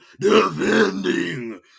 defending